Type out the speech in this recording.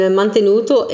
mantenuto